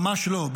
ממש לא,